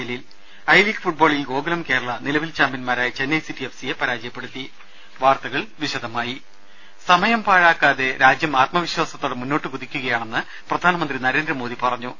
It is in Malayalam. ജലീൽ ത ഐ ലീഗ് ഫുട്ബോളിൽ ഗോകുലം കേരള നിലവിൽ ചാമ്പ്യന്മാരായ ചെന്നൈ സിറ്റി എഫ് സിയെ പരാജയപ്പെടുത്തി വാർത്തകൾ വിശദമായി സമയം പാഴാക്കാതെ രാജ്യം ആത്മവിശ്വാസത്തോടെ മുന്നോട്ട് കുതിക്കുകയാണെന്ന് പ്രധാനമന്ത്രി നരേന്ദ്രമോദി പറഞ്ഞു